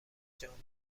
جامعه